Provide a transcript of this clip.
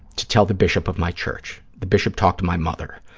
to tell the bishop of my church. the bishop talked to my mother.